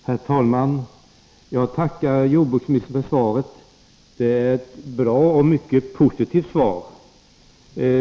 Herr talman! Jag tackar jordbruksministern för svaret. Det är ett bra och mycket positivt svar.